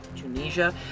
Tunisia